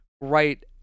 right